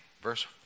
Verse